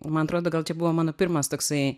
man atrodo gal čia buvo mano pirmas toksai